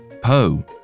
Poe